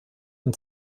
und